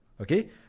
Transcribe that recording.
Okay